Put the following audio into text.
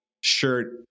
shirt